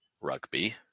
rugby